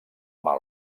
mar